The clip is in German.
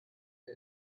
der